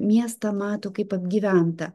miestą mato kaip apgyventą